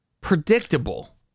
predictable